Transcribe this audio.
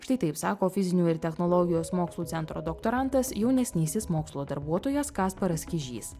štai taip sako fizinių ir technologijos mokslų centro doktorantas jaunesnysis mokslo darbuotojas kasparas kižys